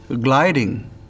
gliding